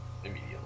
immediately